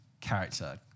character